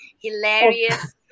hilarious